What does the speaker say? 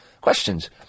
Questions